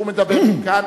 והוא מדבר מכאן.